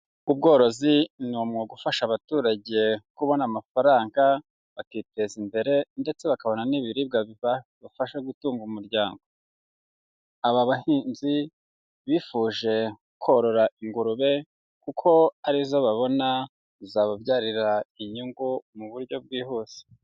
Ubworozi ni umwuga ufasha abaturage kubona amafaranga bakiteza imbere ndetse bakabona n'ibiribwa bibafasha gutunga umuryango, aba bahinzi bifuje korora ingurube kuko ari zo babona zababyarira inyungu mu buryo bwihuse.